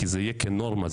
זה יהיה כנורמה,